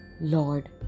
Lord